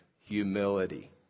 Humility